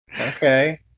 Okay